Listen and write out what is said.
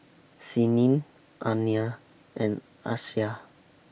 Senin Aina and Aisyah